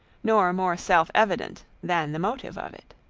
nor more self-evident than the motive of it.